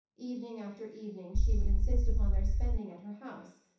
evening after evening she would insist upon their spending at her house,